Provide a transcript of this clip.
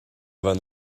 bhean